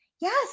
Yes